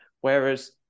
whereas